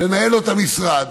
לנהל לו את המשרד,